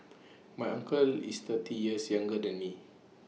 my uncle is thirty years younger than me